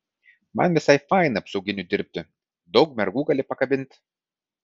man visai faina apsauginiu dirbti daug mergų gali pakabint